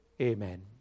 Amen